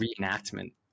reenactment